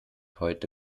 heute